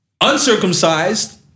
uncircumcised